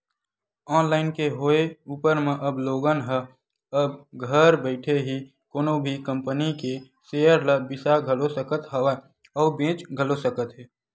online के होय ऊपर म अब लोगन ह अब घर बइठे ही कोनो भी कंपनी के सेयर ल बिसा घलो सकत हवय अउ बेंच घलो सकत हे